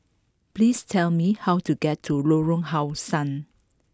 please tell me how to get to Lorong How Sun